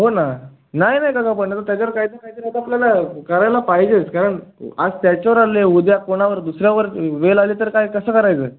हो ना नाही नाही काका पण आता त्याच्यावर काही तरी काही तरी आता आपल्याला करायला पाहिजेच कारण आज त्याच्यावर आलेली आहे उद्या कुणावर दुसऱ्यावर वेळ आली तर काय कसं करायचं